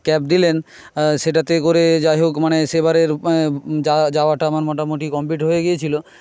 cab দিলেন সেটাতে করে যাইহোক মানে সেবারের যাওয়াটা আমার মোটামুটি কমপ্লিট হয়েগেছিলো